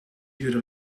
duurde